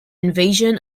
invasion